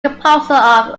composer